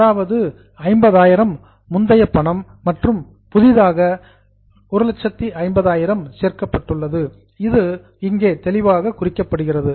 அதாவது 50000 முந்தைய பணம் மற்றும் புதிதாக 150 சேர்க்கப்பட்டுள்ளது இது இங்கே கிளாரிட்டி தெளிவாக குறிக்கப்படுகிறது